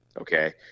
Okay